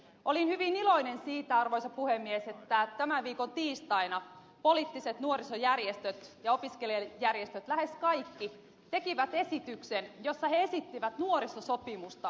olin hyvin iloinen siitä arvoisa puhemies että tämän viikon tiistaina poliittiset nuorisojärjestöt ja opiskelijajärjestöt lähes kaikki tekivät esityksen jossa he esittivät nuorisosopimusta solmittavaksi suomessa